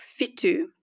Fitu